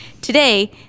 Today